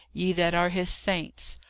ye that are his saints,